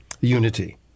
unity